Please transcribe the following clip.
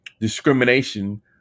discrimination